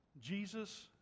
Jesus